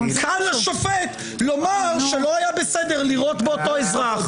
קל לשופט לומר שלא היה בסדר לירות באותו אזרח.